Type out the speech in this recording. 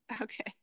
Okay